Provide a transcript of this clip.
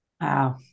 Wow